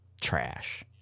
trash